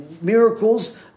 miracles